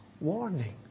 warning